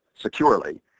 securely